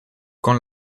con